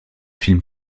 films